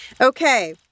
Okay